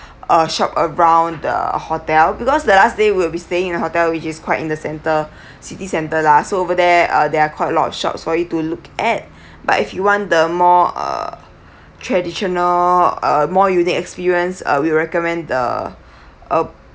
uh shop around the hotel because the last day we'd be staying in a hotel which is quite in the centre city centre lah so over there uh there are quite a lot of shops for you to look at but if you want the more uh traditional uh more unique experience uh we'd recommend the uh